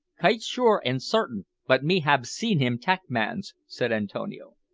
kite sure an' sartin but me hab seen him tak mans, said antonio.